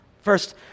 First